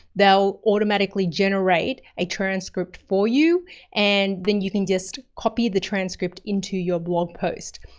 they'll automatically generate a transcript for you and then you can just copy the transcript into your blog post.